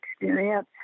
experience